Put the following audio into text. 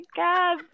god